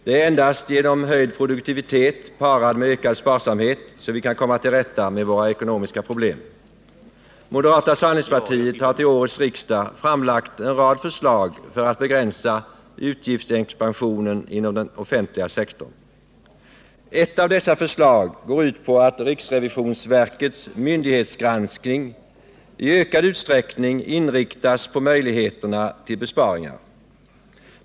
Det är endast genom höjd produktivitet parad med ökad sparsamhet som vi kan komma till rätta med våra ekonomiska problem. Moderata samlingspartiet har till årets riksdag framlagt en rad förslag för att begränsa utgiftsexpansionen inom den offentliga sektorn. Ett av dessa förslag går ut på att riksrevisionsverkets myndighetsgranskning i ökad utsträckning inriktas på möjligheterna till besparingar.